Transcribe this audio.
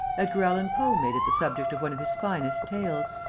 edgar allan poe made it the subject of one of his finest tales.